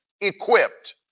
equipped